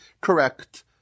correct